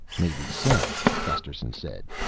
maybe so, gusterson said,